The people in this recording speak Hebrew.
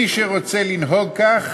מי שרוצה לנהוג כך